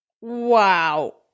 Wow